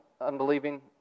unbelieving